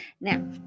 Now